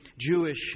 Jewish